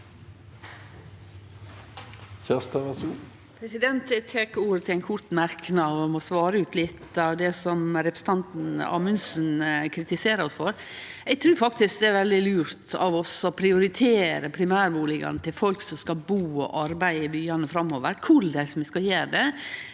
Eg tek ordet til ein kort merknad. Eg må svare ut litt av det som representanten Amundsen kritiserer oss for. Eg trur faktisk det er veldig lurt av oss å prioritere primærbustadene til folk som skal bu og arbeide i byane framover. Når det gjeld